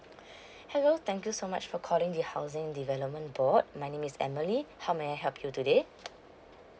hello thank you so much for calling the housing development board my name is emily how may I help you today